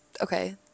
okay